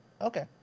Okay